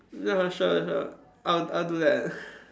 not even sure if I I'll I'll do that